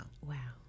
wow